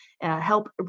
help